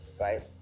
right